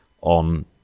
on